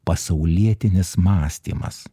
pasaulietinis mąstymas